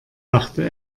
dachte